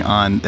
on